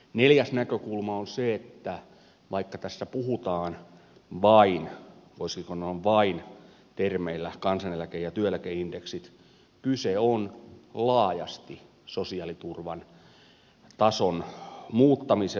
neljäs näkökulma on se että vaikka tässä puhutaan vain voisiko sanoa vain termeillä kansaneläke ja työeläkeindeksit kyse on laajasti sosiaaliturvan tason muuttamisesta